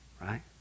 right